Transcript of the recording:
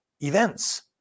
events